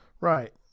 Right